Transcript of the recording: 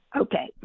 Okay